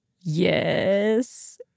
Yes